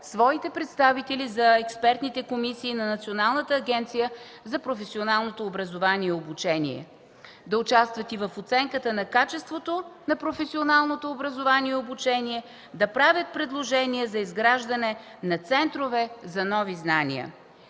своите представители за експертните комисии на Националната агенция за професионалното образование и обучение, да участват в оценката на качеството на професионалното образование и обучение, да правят предложения за изграждане на центрове за нови знания.